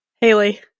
Haley